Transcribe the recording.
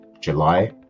July